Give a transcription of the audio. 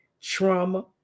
trauma